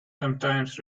sometimes